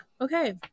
Okay